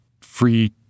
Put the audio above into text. free